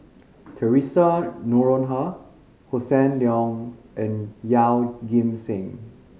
Theresa Noronha Hossan Leong and Yeoh Ghim Seng